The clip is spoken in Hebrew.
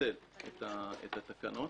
לפצל את התקנות,